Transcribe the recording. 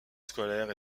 scolaire